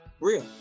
real